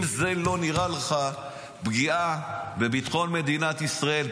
אם זה לא נראה לך פגיעה בביטחון מדינת ישראל,